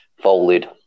folded